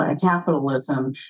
capitalism